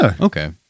Okay